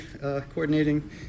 coordinating